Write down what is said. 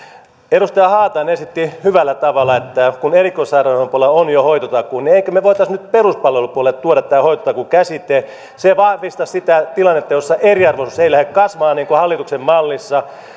edustaja haatainen esitti hyvällä tavalla kun erikoissairaanhoidon puolella on jo hoitotakuu emmekö me me voisi nyt peruspalvelupuolelle tuoda tämän hoitotakuun käsitteen se vahvistaisi sitä tilannetta jossa eriarvoisuus ei lähde kasvamaan niin kuin hallituksen mallissa